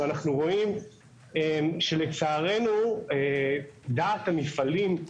ואנחנו רואים לצערנו שדעת המפעלים,